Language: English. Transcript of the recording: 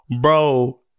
bro